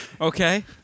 Okay